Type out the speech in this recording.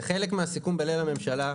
זה חלק מהסיכום בינינו לממשלה.